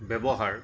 ব্য়ৱহাৰ